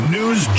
News